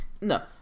No